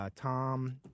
Tom